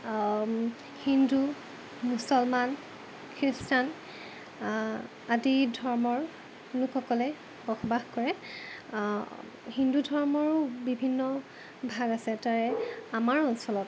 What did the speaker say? হিন্দু মুছলমান খ্ৰীষ্টান আদি ধৰ্মৰ লোকসকলে বসবাস কৰে হিন্দু ধৰ্মৰো বিভিন্ন ভাগ আছে তাৰে আমাৰ অঞ্চলত